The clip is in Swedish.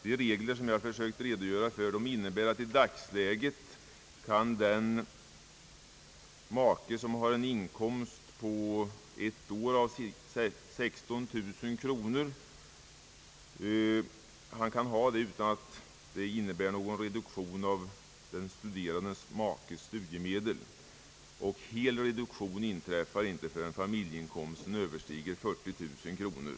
De regler som jag har försökt redogöra för innebär att i dagsläget kan den ene av makarna ha en årsinkomst på 16 000 kronor utan att det blir någon reduktion av den studerande makens studiemedel. Hel reduktion inträffar inte förrän familjeinkomsten överstiger 40000 kronor.